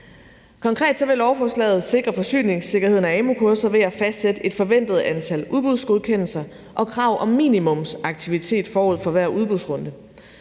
Konkret vil lovforslaget sikre forsyningssikkerheden af amu-kurser ved at fastsætte et forventet antal udbudsgodkendelser og krav om minimumsaktivitet forud for hver udbudsrunde.